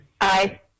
Aye